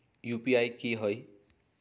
UPI की होई?